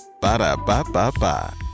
Ba-da-ba-ba-ba